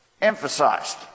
emphasized